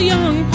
Young